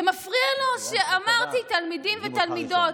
זה מפריע לו שאמרתי תלמידים ותלמידות.